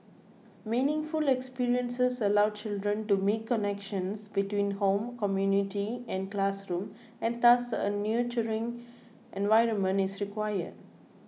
meaningful experiences allow children to make connections between home community and classroom and thus a nurturing environment is required